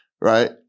right